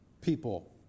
people